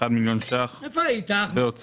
1 מיליון שקלים בהוצאה